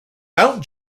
mount